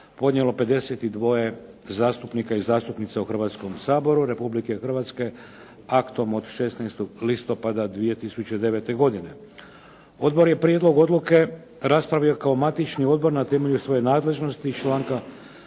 podnijelo 52 zastupnika i zastupnica u Hrvatskom saboru Republike Hrvatske aktom od 16. listopada 2009. godine. Odbor je prijedlog odluke raspravio kao matični odbor na temelju svoje nadležnosti iz članka